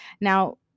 Now